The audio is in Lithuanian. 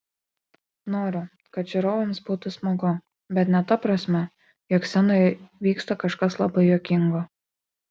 noriu kad žiūrovams būtų smagu bet ne ta prasme jog scenoje vyksta kažkas labai juokingo